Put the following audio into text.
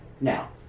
Now